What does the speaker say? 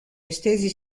estesi